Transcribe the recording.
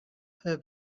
her